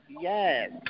yes